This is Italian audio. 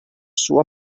suo